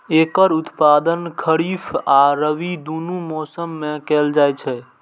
एकर उत्पादन खरीफ आ रबी, दुनू मौसम मे कैल जाइ छै